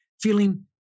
feeling